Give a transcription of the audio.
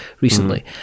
recently